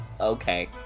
Okay